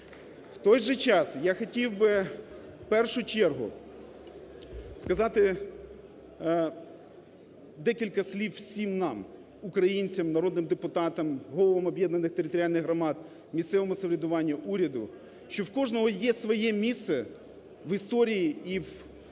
В той же час я хотів би, в першу чергу, сказати декілька слів всім нам, українцям, народним депутатам, головам об'єднаних територіальних громад, місцевому самоврядуванню, уряду, що в кожного є своє місце в історії і в тій